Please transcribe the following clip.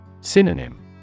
Synonym